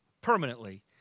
permanently